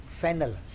Fennel